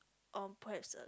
or perhaps a